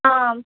ہاں